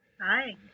Hi